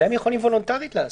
זה הם יכולים וולונטרית לעשות,